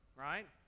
right